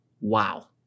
Wow